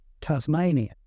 Tasmania